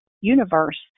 universe